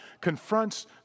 confronts